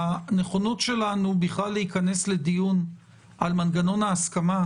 הנכונות שלנו בכלל להיכנס לדיון על מנגנון ההסכמה,